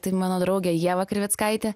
tai mano draugė ieva krivickaitė